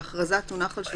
לפני ההכרזה.